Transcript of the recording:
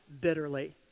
bitterly